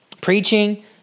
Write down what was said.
Preaching